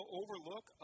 overlook